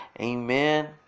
amen